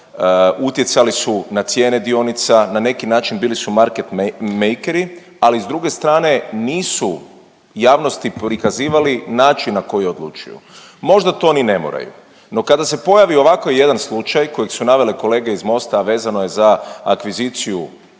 Utjecali su na cijene dionica, na neki način bili su market makeri ali s druge strane nisu javnosti prikazivali način na koji odlučuju. Možda to ni ne moraju, no kada se pojavi ovako jedan slučaj kojeg su navele kolege iz Mosta, a vezano je za akviziciju